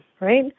right